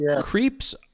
creeps